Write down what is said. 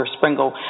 Springle